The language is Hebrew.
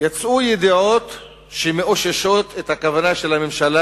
יצאו ידיעות שמאוששות את הכוונה של הממשלה